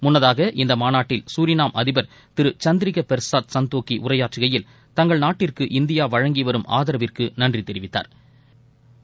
முன்னதாக இந்த மாநாட்டில் சூரிநாம் அதிபர் திரு சந்திரிக்க பெர்சாத் சந்தோக்கி உரையாற்றுகையில் தங்கள் நாட்டிற்கு இந்தியா வழங்கி வரும் ஆதவிற்கு நன்றி தெரிவித்தாா்